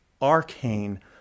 arcane